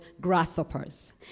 Grasshoppers